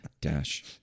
Dash